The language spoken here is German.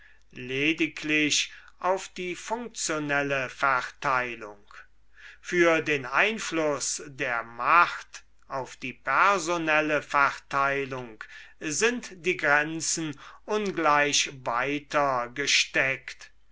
lediglich auf die funktionelle verteilung für den einfluß der macht auf die personelle verteilung sind die grenzen ungleich weiter gesteckt